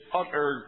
utter